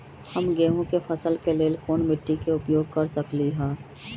हम गेंहू के फसल के लेल कोन मिट्टी के उपयोग कर सकली ह?